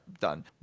done